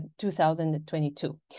2022